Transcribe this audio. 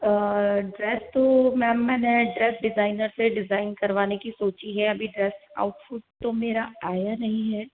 dress तो ma'am मैंने dress designer से डिजाईन करवाने की सोची है अभी ड्रेस ऑउटफिट तो मेरा आया नहीं है